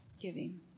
giving